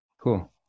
Cool